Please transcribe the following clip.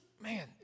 man